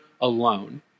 alone